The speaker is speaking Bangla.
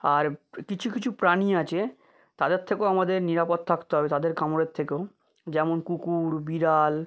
আর কিছু কিছু প্রাণী আছে তাদের থেকেও আমাদের নিরাপদ থাকতে হবে তাদের কামড়ের থেকেও যেমন কুকুর বিড়াল